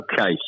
Okay